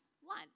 one